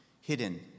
hidden